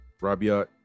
Rabiot